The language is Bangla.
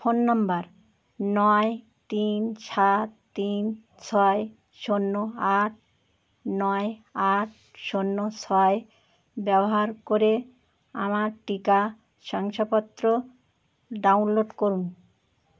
ফোন নম্বার নয় তিন সাত তিন ছয় শূন্য আট নয় আট শূন্য ছয় ব্যবহার করে আমার টিকা শংসাপত্র ডাউনলোড করুন